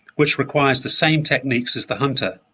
which requires the same techniques as the hunter.